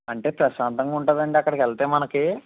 అంటే ప్రశాంతంగా ఉంటుందా అండీ అక్కడికి వెళ్తే మనకి